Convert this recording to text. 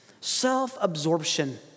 self-absorption